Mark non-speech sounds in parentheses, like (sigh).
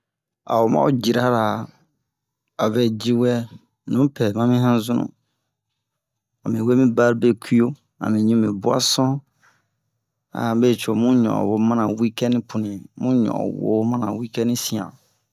a'o ma'o jira ra avɛ ji wɛ nu pɛ mami yanzunu ami we mi barbekui ami ɲu mi boisson (hesitation) be co mu ɲon'on wo mana ho week-end punuyi mu ɲon'on wo mana si'yan